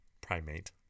primate